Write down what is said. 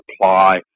apply